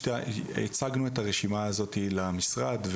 הצגנו את הרשימה הזאת למשרד,